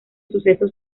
sucesos